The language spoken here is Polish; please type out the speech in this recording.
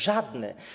Żadne.